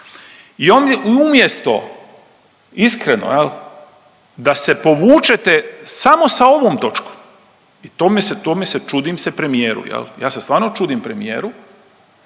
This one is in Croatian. umjesto, iskreno jel, da se povučete samo sa ovom točkom i tome se, tome se, čudim se premijeru, ja se stvarno čudim premijeru